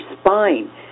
spine